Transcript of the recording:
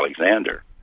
Alexander